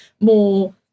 more